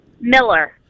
Miller